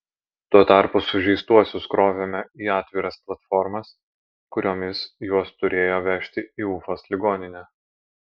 tuo tarpu sužeistuosius krovėme į atviras platformas kuriomis juos turėjo vežti į ufos ligoninę